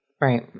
right